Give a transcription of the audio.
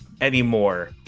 anymore